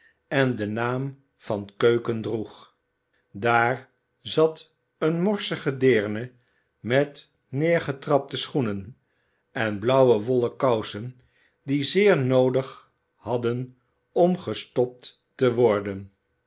en den naam van keuken droeg daar zat eene morsige deerne met neergetrapte schoenen en blauwe wollen kousen die zeer noodig hadden om gestopt te worden